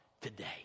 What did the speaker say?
today